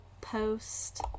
post